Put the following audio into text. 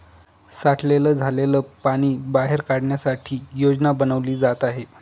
साठलेलं झालेल पाणी बाहेर काढण्यासाठी योजना बनवली जात आहे